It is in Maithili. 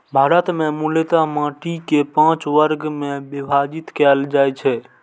भारत मे मूलतः माटि कें पांच वर्ग मे विभाजित कैल जाइ छै